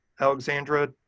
Alexandra